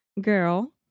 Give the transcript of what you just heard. Girl